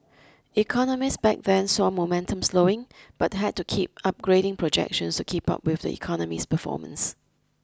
economists back then saw momentum slowing but had to keep upgrading projections to keep up with the economy's performance